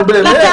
נו באמת.